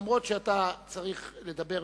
אף שאתה צריך לדבר